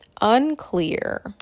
unclear